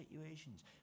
situations